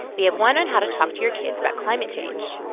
we have one on how to talk to your kids about climate change.